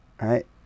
right